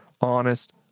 honest